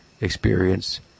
experience